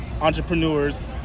entrepreneurs